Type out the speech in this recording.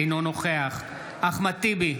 אינו נוכח אחמד טיבי,